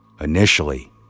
Initially